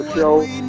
Show